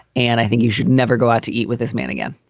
and i think you should never go out to eat with this man again